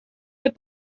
but